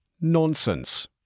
Nonsense